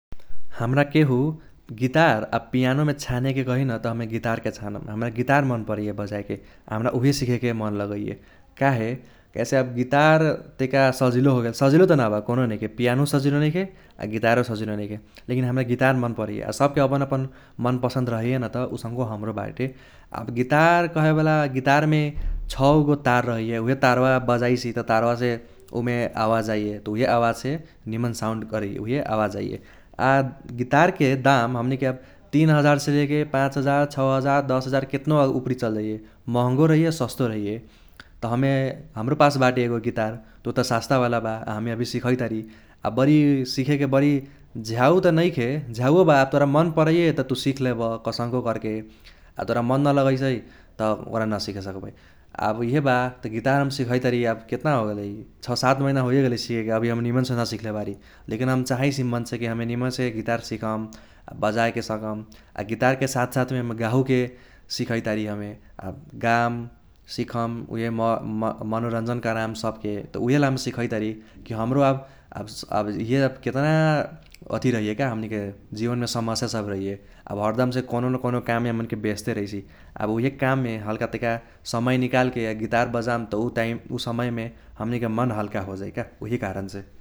हमरा केहु गिटार आ पियानोमे छानेके कही न त हमे गिटारके छानम। हमरा गिटार मन परैये बजाएके। आ हमरा उहे सीखेके मन लगैये काहे काहेसे आब गिटार तैका सजिलो होगेल सजिलो त नबा कौनो नैखे पियानो सजिलो नैखे आ गिटारो सजिलो नैखे लेकिन हमरा गिटार मन परैये आ सबके अपन अपन मनपसन्द रहैये न त उसङ्के हमरो बाटे। आब गिटार कहेबाला गिटारमे छगो तार रहैये उहे तारवा बजाइसी त तारवासे उमे आवाज आइये त उहे आवाजसे निमन साउन्ड करैये उहे आवाज आइये। आ गिटारके दाम हमनीके आब तीन हजारसे लेके पाच हजार छ हजार दस हजार केतनो उपरि चल जाइये महंगों रहैये सस्तो रहैये। त हमे हमरो पास बाते एगो गिटार त उत सस्तावाला बा आ हमे अभी सिखैतरी। आ बरी सीखेके बरी झ्याऊ त नैखे झ्याऊवो बा आब तोरा मन परैये त तु सिख लेब कसंको कर्के। आ तोरा मन न लगैसै त ओकरा सीखे सकबै। आब उहे बा त गिटार हम सिखाइतारी आब केतना होगेलै छ सात महिना होइये गेलै सीखेके अभी हम निमनसे न सिखले बारी लेकिन हम चहैसि मनसे कि हमे निमनसे गिटार सिखम बजाएके सकम आ गिटारके साथ साथ गाहुजे सिखाइतरी हमे आब गाम सिखम उहे मनोरंजन कराम सबके त उहेला हम सिखाइतारी कि हमरो आब इहे आब केतना अथि रहैये का हमनीके जीवनमे समस्या सब रहैये। आब हरदमसे कौनो न कौनो काममे हमनीके ब्यसते रहैसि। आब उहे काममे हल्का तैक समय निकालके आ गिटार बजाम त उ टाइम उ समयमे हमनीके मन हल्का होजाइ का उहे कारणसे ।